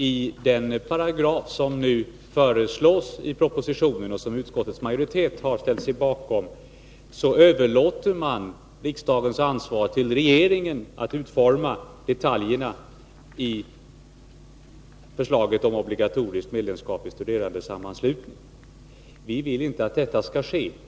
I den paragraf som nu föreslås i propositionen och som utskottets majoritet har ställt sig bakom överlåts riksdagens ansvar på regeringen för att den skall utforma detaljerna i förslaget om obligatoriskt medlemskap i studerandesammanslutning. Vi vill inte att detta skall ske.